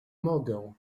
mogę